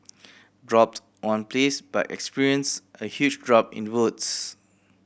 dropped on place but experienced a huge drop in votes